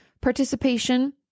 participation